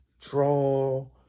draw